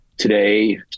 Today